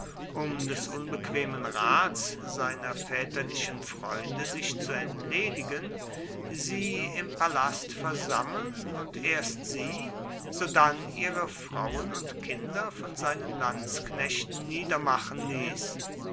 um des unbequemen rats seiner väterlichen freunde sich zu entledigen sie im palast versammeln und erst sie sodann ihre frauen und kinder von seinen lanzknechten niedermachen ließ